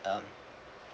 um